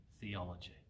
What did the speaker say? theology